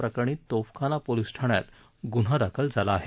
प्रकरणी तोफखाना पोलिस ठाण्यात गुन्हा दाखल केला आहे